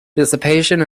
dissipation